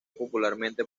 popularmente